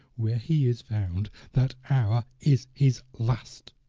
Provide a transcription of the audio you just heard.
when he is found, that hour is his last.